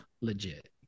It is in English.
legit